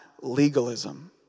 legalism